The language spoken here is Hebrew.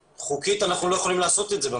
חוקית אנחנו לא יכולים לעשות את זה.